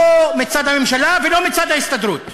לא מצד הממשלה ולא מצד ההסתדרות,